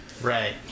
Right